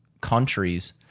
countries